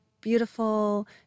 beautiful